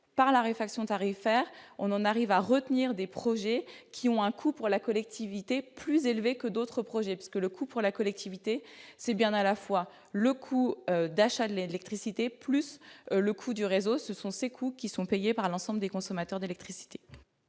par la réfection tarifaire, on en arrive à retenir des projets qui ont un coût pour la collectivité, plus élevé que d'autres projets, puisque le coût pour la collectivité, c'est bien à la fois le coût d'achat de l'électricité, plus le coût du réseau, ce sont ces coûts qui sont payés par l'ensemble des consommateurs d'électricité.